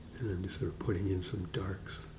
just sort of putting in some darks